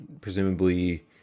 presumably